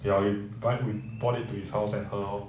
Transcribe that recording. ya we buy we bought it to his house and 喝咯